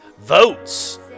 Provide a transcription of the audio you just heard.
votes